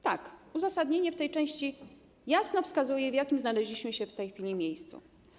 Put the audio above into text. Tak, uzasadnienie w tej części jasno wskazuje, w jakim znaleźliśmy się w tej chwili miejscu.